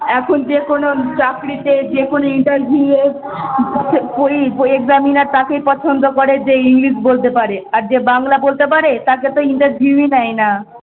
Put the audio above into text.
এখন যে কোনো চাকরিতে যে কোনো ইন্টারভিউয়ে হচ্ছে পরি পো এক্সামিনার তাকেই পছন্দ করে যে ইংলিশ বলতে পারে আর যে বাংলা বলতে পারে তাকে তো ইন্টারভিউই নেয় না